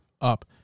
up